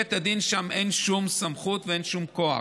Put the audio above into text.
ולבית הדין שם אין שום סמכות ואין שום כוח,